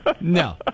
no